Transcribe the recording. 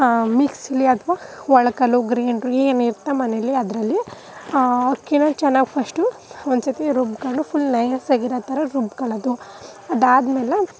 ಮಿಕ್ಸಿಲಿ ಅಥ್ವಾ ಒಳಕಲ್ಲು ಗ್ರೈಂಡ್ರು ಏನು ಇರ್ತಾ ಮನೇಲಿ ಅದರಲ್ಲಿ ಅಕ್ಕಿನ ಚೆನ್ನಾಗಿ ಫಸ್ಟು ಒಂದ್ಸರ್ತಿ ರುಬ್ಕೊಂಡು ಫುಲ್ ನಯಸ್ಸಾಗಿರೋ ಥರ ರುಬ್ಕೊಳ್ಳೋದು ಅದಾದ್ಮೇಲೆ